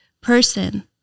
person